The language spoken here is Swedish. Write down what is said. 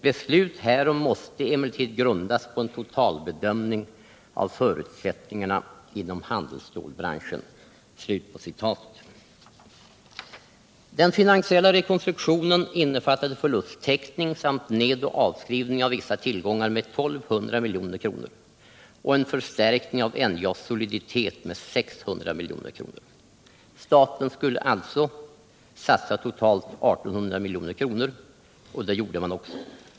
Beslut härom måste emellertid grundas på en totalbedömning av förutsättningarna inom handelsstålbranschen.” Den finansiella rekonstruktionen innefattade förlusttäckning samt nedoch avskrivning av vissa tillgångar med 1 200 milj.kr. samt en förstärkning av NJA:s soliditet med 600 milj.kr. Staten skulle alltså satsa totalt I 800 milj.kr., och det gjorde man också.